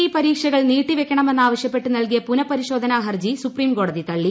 E പരീക്ഷകൾ നീട്ടിവെക്കണമെന്നാവശ്യപ്പെട്ട് നൽകിയ പുനഃപരിശോധനാ ഹർജി സുപ്രീംകോടതി തള്ളി